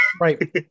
Right